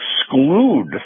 exclude